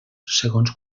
segons